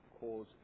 cause